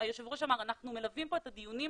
היושב ראש אמר, אנחנו מלווים פה את הדיונים